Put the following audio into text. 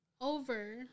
over